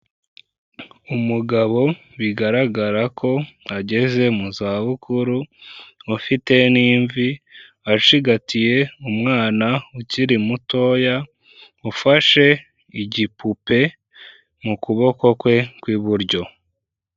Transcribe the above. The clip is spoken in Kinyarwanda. Umugabo bigaragara ko ageze mu zabukuru ufite n'imvi, acigatiye umwana ukiri mutoya ufashe igipupe mu kuboko kwe kw'iburyo.